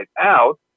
out